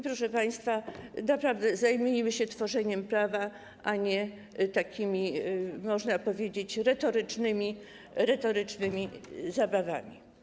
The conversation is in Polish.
Proszę państwa, naprawdę, zajmijmy się tworzeniem prawa, a nie takimi, można powiedzieć, retorycznymi zabawami.